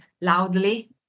loudly